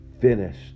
finished